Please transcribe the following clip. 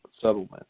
settlement